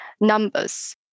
numbers